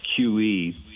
QE